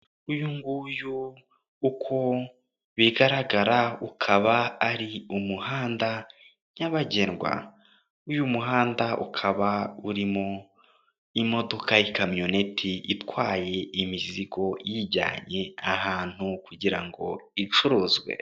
Uyu nguyu uko bigaragara ukaba ari umuhanda nyabagendwa, uyu muhanda ukaba urimo imodoka y'ikamyoneti itwaye imizigo iyijyanye ahantu kugira ngo icuruzwe.